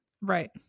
right